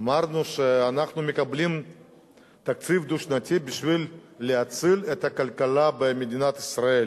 אמרנו שאנחנו מקבלים תקציב דו-שנתי בשביל להציל את הכלכלה במדינת ישראל,